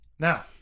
Now